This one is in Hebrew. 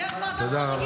תודה.